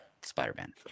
spider-man